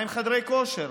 מה עם חדרי כושר?